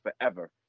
forever